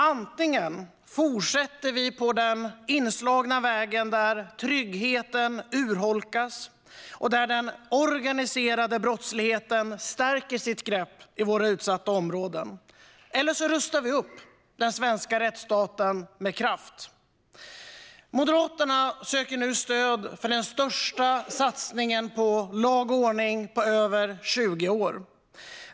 Antingen fortsätter vi på den inslagna vägen där tryggheten urholkas och där den organiserade brottsligheten stärker sitt grepp i våra utsatta områden, eller så rustar vi upp den svenska rättsstaten med kraft. Moderaterna söker nu stöd för den största satsningen på lag och ordning på över 20 år.